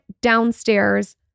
downstairs